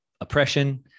oppression